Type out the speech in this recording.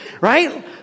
Right